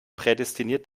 prädestiniert